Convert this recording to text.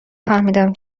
فهمیدم